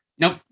Nope